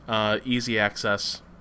easy-access